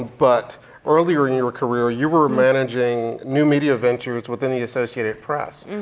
but earlier in your career you were managing new media ventures within the associated press.